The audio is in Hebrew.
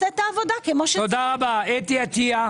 עשה איזה פשרה עם עצמו,